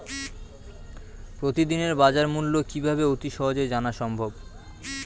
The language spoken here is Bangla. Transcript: প্রতিদিনের বাজারমূল্য কিভাবে অতি সহজেই জানা সম্ভব?